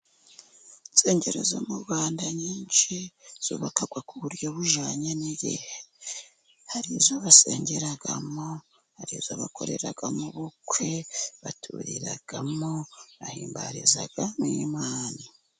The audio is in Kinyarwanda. Insengero zo mu Rwanda nyinshi zubaka ku buryo bujyanye n' igihe, hari izo basengeramo hari izo bakoreramo ubukwe, baturiramo, bahimbarizamo n' Imana.